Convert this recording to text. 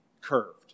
curved